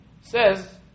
says